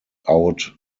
out